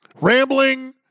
rambling